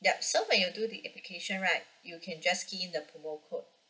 yup so when you do the application right you can just key in the promo code